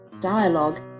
Dialogue